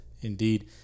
Indeed